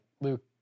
Luke